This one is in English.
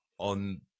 on